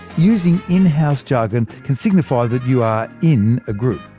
using in-house jargon can signify that you are in a group.